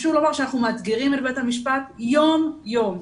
וחשוב לומר שאנחנו מאתגרים את בית המשפט יום יום.